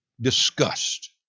disgust